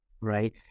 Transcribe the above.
right